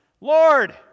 Lord